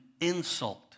insult